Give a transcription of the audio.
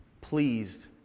pleased